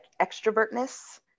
extrovertness